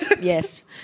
Yes